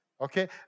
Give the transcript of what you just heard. Okay